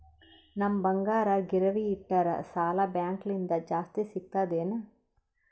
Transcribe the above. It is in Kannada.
ನಮ್ ಬಂಗಾರ ಗಿರವಿ ಇಟ್ಟರ ಸಾಲ ಬ್ಯಾಂಕ ಲಿಂದ ಜಾಸ್ತಿ ಸಿಗ್ತದಾ ಏನ್?